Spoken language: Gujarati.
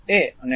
A U